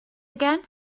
again